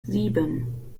sieben